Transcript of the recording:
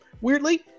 weirdly